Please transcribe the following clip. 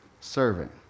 Servant